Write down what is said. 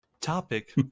Topic